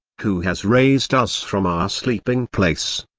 who has raised us from our sleeping-place?